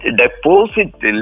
deposit